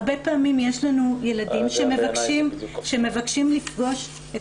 הרבה פעמים יש לנו ילדים שמבקשים לפגוש את